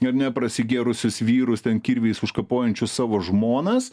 ar ne prasigėrusius vyrus ten kirviais užkapojančius savo žmonas